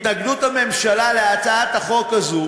התנגדות הממשלה להצעת החוק הזאת,